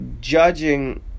judging